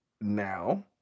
Now